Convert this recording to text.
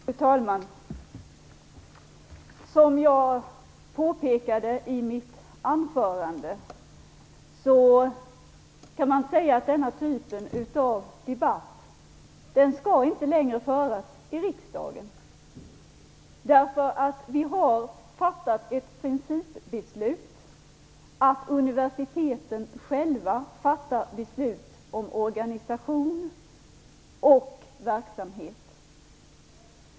Fru talman! Som jag påpekade i mitt anförande skall den här typen av debatt inte längre föras i riksdagen. Vi har nämligen fattat ett principbeslut om att universiteten själva skall fatta beslut om organisation och verksamhet.